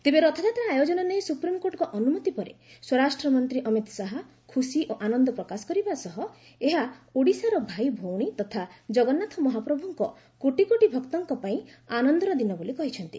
ତେବେ ରଥଯାତ୍ରା ଆୟୋଜନ ନେଇ ସୁପ୍ରିମ୍କୋର୍ଟଙ୍କ ଅନୁମତି ପରେ ସ୍ୱରାଷ୍ଟ୍ରମନ୍ତ୍ରୀ ଅମିତ ଶାହା ଖୁସି ଓ ଆନନ୍ଦ ପ୍ରକାଶ କରିବା ସହ ଏହା ଓଡ଼ିଶାର ଭାଇଭଉଣୀ ତଥା ଜଗନ୍ନାଥ ମହାପ୍ରଭୁଙ୍କ କୋଟି କୋଟି ଭକ୍ତଙ୍କ ପାଇଁ ଆନନ୍ଦର ଦିନ ବୋଲି କହିଛନ୍ତି